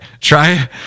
try